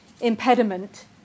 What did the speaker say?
impediment